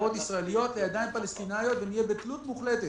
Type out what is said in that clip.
חברות ישראליות לידיים פלסטינאיות ונהיה במדינת ישראל בתלות מוחלטת